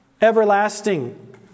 everlasting